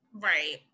Right